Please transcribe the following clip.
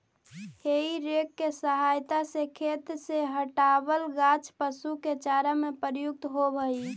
हेइ रेक के सहायता से खेत से हँटावल गाछ पशु के चारा में प्रयुक्त होवऽ हई